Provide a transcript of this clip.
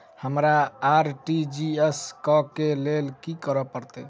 हमरा आर.टी.जी.एस करऽ केँ लेल की करऽ पड़तै?